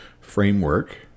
framework